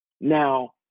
Now